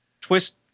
twist